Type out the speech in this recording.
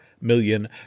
million